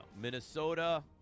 Minnesota